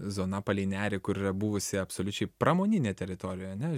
zona palei nerį kur yra buvusi absoliučiai pramoninė teritorija ane